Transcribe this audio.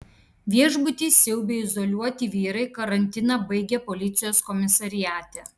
viešbutį siaubę izoliuoti vyrai karantiną baigė policijos komisariate